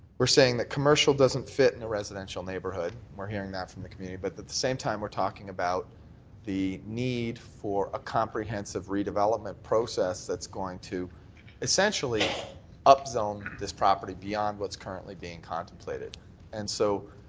are saying that commercial doesn't fit in a residential neighbourhood. we are hearing that from the community but at the same time we are talking about the need for a comprehensive redevelopment process that's going to essentially up zone this property beyond what's currently being contemplated and so